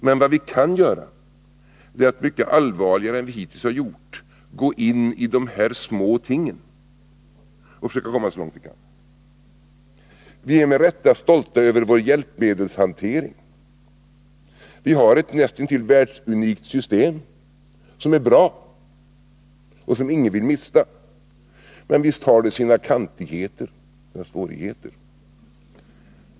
Men vad vi kan göra, det är att mycket allvarligare än vi hittills har gjort gå in i de små tingen och den vägen försöka komma så långt vi kan. Vi är med rätta stolta över vår hjälpmedelshantering. Vi har ett näst intill världsunikt system, som är bra och som ingen vill mista. Men visst har det sina kantigheter och svårigheter.